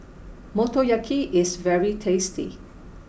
Motoyaki is very tasty